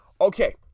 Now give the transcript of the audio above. Okay